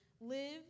live